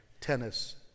tennis